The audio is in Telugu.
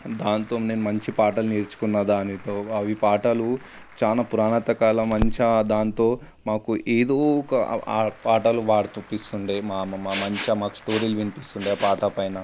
దానితో నేను మంచి పాటలు నేర్చుకున్నాను దానితో అవి పాటలు చాలా పురాతన కాలం మంచిగా దానితో మాకు ఏదో ఒక పాటలు పాడి చూపిస్తుండే మా అమ్మమ్మా మంచిగా మాకు స్టోరీలు వినిపిస్తుండే ఆ పాట పైన